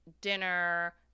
dinner